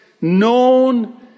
known